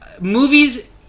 movies